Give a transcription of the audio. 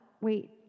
wait